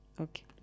Okay